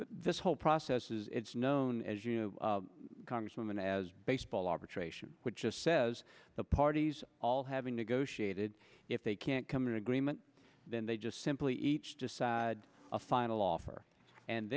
this whole process is it's known as congresswoman as baseball arbitration which just says the parties all having negotiated if they can't come in agreement then they just simply each decide a final offer and